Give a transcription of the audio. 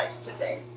today